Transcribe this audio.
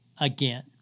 again